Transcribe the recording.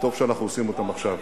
וטוב שאנחנו עושים אותם עכשיו.